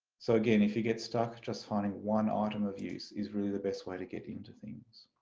so again if you get stuck, just finding one item of use is really the best way to get into things.